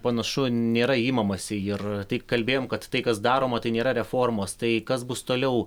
panašu nėra imamasi ir taip kalbėjom kad tai kas daroma tai nėra reformos tai kas bus toliau